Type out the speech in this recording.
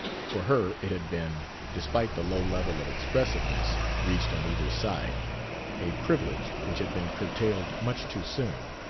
for her it had been despite the low level of expressiveness reached on either side a privilege which had been curtailed much too soon.